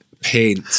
paint